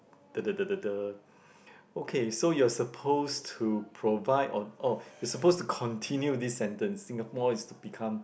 the the the the okay so you are supposed to provide on oh you supposed to continue this sentence Singapore is become